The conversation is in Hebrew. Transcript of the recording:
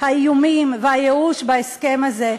האיומים והייאוש בהסכם הזה,